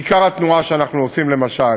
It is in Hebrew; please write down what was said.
כיכר התנועה שאנחנו עושים למשל